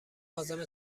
عازم